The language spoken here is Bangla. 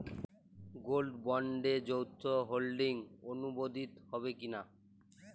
গোল্ড বন্ডে যৌথ হোল্ডিং অনুমোদিত হবে কিনা?